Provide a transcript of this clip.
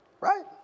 Right